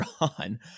on